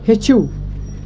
ہیٚچھِو